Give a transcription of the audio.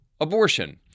abortion